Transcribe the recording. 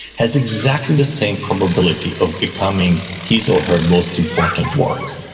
has exactly the same probability of becoming his or her most important work.